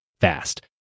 fast